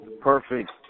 perfect